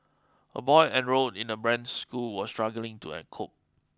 a boy enrolled in a branded school was struggling to an cope